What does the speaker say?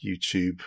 YouTube